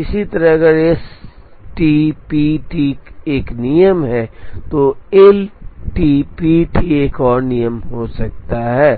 इसी तरह अगर एसटीपीटी एक नियम है तो एलटीपीटी एक और नियम हो सकता है